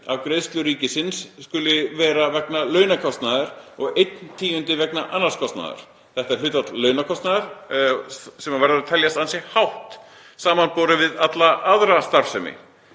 af greiðslu ríkisins skuli níu tíundu vera vegna launakostnaðar og einn tíundi vegna annars kostnaðar. Þetta hlutfall launakostnaðar verður að teljast ansi hátt samanborið við alla aðra starfsemi.